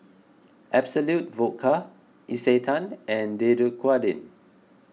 Absolut Vodka Isetan and Dequadin